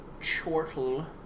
chortle